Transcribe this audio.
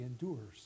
endures